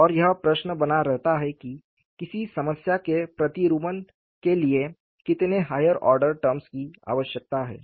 और यह प्रश्न बना रहता है कि किसी समस्या के प्रतिरूपण के लिए कितने हायर ऑर्डर टर्म्स की आवश्यकता है